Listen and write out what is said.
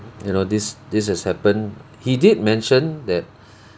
you know this this has happened he did mention that